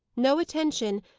no attention,